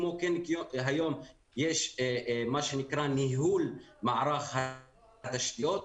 כמו כן, היום יש מה שנקרא ניהול מערך התשתיות.